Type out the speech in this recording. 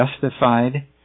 justified